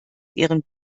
ihren